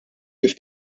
kif